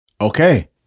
Okay